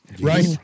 right